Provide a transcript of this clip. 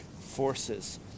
forces